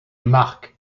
marque